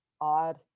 odd